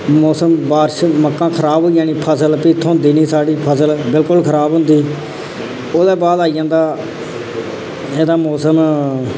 मौसम बारश मक्का खराब होई जानी फसल फ्ही थ्होंदी नी साढ़ी फसल बिल्कुल खराब होंदी ओह्दे बाद आई जंदा एह्दा मौसम